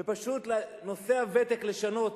ופשוט בנושא הוותק לשנות